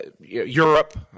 europe